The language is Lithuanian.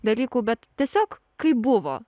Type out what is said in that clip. dalykų bet tiesiog kaip buvo